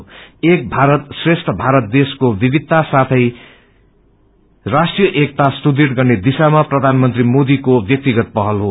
एक भारत श्रेष्ठ भात देश्को विविधता सितै राष्ट्रिय एकता सुदृढ़ गर्ने दशामा प्रधानमंत्री मोदीको व्याक्तिगत पहलहो